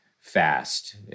fast